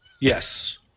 yes